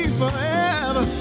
forever